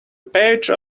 pages